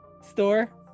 store